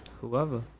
Whoever